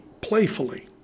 playfully